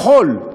חול.